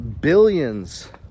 billions